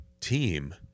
team